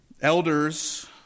Elders